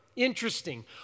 Interesting